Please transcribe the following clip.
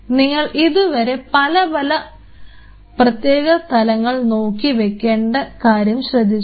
നിങ്ങൾ ഇതുവരെ പലപല പ്രത്യേക സ്ഥലങ്ങൾ നോക്കി വയ്ക്കേണ്ട കാര്യം ശ്രദ്ധിച്ചു